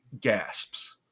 gasps